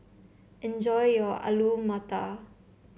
enjoy your Alu Matar